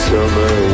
Summer